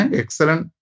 excellent